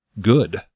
good